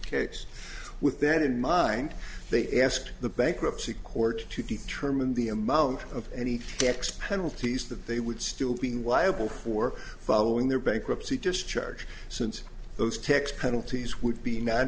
case with then in mind they asked the bankruptcy court to determine the amount of any debts penalties that they would still being liable for following their bankruptcy just charge since those text penalties would be